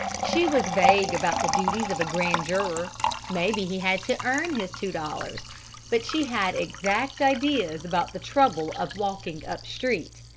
she was vague about the duties of a grand juror maybe he had to earn his two dollars but she had exact ideas about the trouble of walking up-street.